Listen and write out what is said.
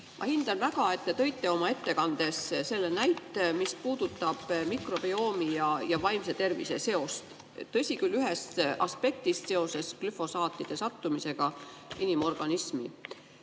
Ma hindan väga, et te tõite oma ettekandes selle näite, mis puudutab mikrobioomi ja vaimse tervise seost – tõsi küll, ühest aspektist, seoses glüfosaatide sattumisega inimorganismi.